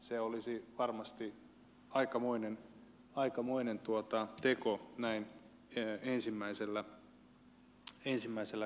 se olisi varmasti aikamoinen teko näin ensimmäisellä kaudella